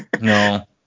No